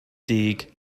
dug